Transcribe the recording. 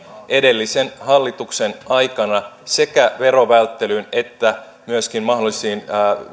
edellisen hallituksen aikana sekä verovälttelyyn että myöskin mahdollisiin